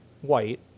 White